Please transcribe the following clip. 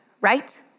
right